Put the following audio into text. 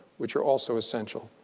which are also essential.